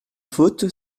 faute